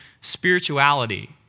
spirituality